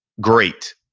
great.